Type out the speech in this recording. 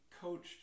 coached